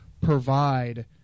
provide